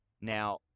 now